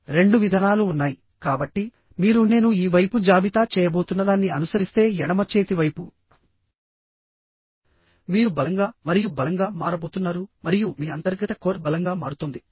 2 విధానాలు ఉన్నాయి కాబట్టి మీరు నేను ఈ వైపు జాబితా చేయబోతున్నదాన్ని అనుసరిస్తే ఎడమ చేతి వైపు మీరు బలంగా మరియు బలంగా మారబోతున్నారు మరియు మీ అంతర్గత కోర్ బలంగా మారుతోంది